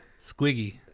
squiggy